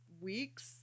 weeks